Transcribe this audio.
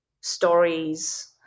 stories